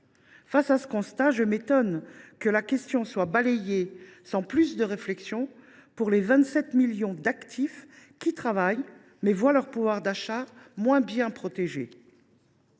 Face à ce constat, je m’étonne que la question soit balayée sans plus de réflexion pour les 27 millions d’actifs qui travaillent, mais voient leur pouvoir d’achat moins bien protégé.